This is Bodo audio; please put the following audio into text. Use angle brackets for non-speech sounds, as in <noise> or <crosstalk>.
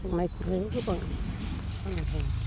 संनाय खुरनायाव गोबां <unintelligible>